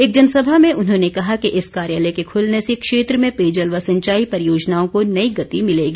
एक जनसभा में उन्होंने कहा कि इस कार्यालय के ख्लने से क्षेत्र में पेयजल व सिंचाई परियोजनाओं को नई गति मिलेगी